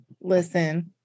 listen